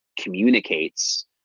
communicates